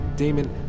Damon